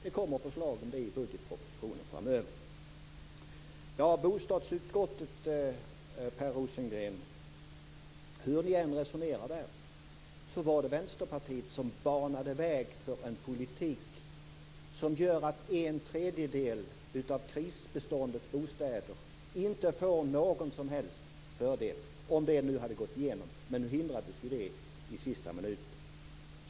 Det kommer förslag om det i budgetpropositionen framöver. Hur ni än resonerar i bostadsutskottet, Per Rosengren, var det Vänsterpartiet som banade väg för en politik som gör att en tredjedel av krisbeståndets bostäder inte får någon som helst fördel, om det nu hade gått igenom. Men nu hindrades ju det i sista minuten.